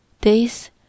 Days